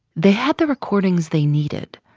they had the recordings they needed,